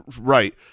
right